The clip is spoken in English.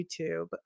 YouTube